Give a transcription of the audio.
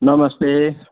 नमस्ते